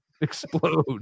explode